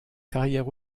carrière